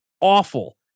awful